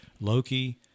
Loki